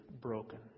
broken